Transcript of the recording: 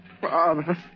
Father